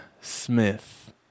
Smith